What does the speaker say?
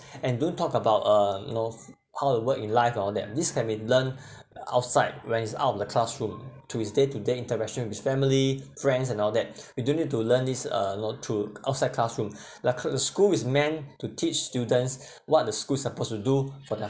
and don't talk about uh you know how to work in life and all that this can be learned outside when he is out of the classroom to his day to day interaction with family friends and all that we don't need to learn this uh know through outside classroom the ca~ the school is meant to teach students what the school supposed to do for the~